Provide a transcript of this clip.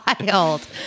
wild